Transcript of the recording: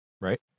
Right